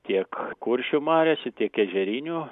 tiek kuršių mariose tiek ežerinių